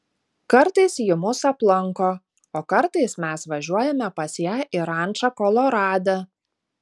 kartais ji mus aplanko o kartais mes važiuojame pas ją į rančą kolorade